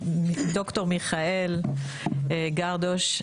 ד"ר מיכאל גרדוש,